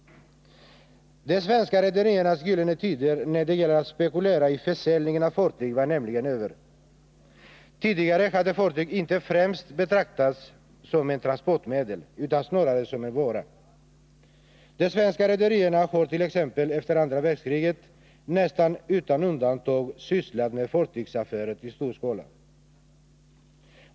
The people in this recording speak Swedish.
De svenska rederiernas gyllene tider när det gällde att spekulera i försäljning av fartyg var nämligen över. Tidigare hade fartyg inte betraktats främst som ett transportmedel, utan snarare som en vara. De svenska rederierna har t.ex. efter andra världskriget nästan utan undantag sysslat med fartygsaffärer i stor skala.